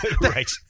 Right